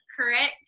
correct